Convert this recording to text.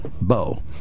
Bo